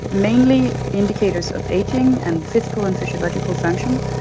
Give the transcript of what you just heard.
mainly indicators of ageing and physical and physiological function,